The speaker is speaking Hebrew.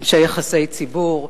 אנשי יחסי ציבור,